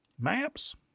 Maps